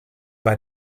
bei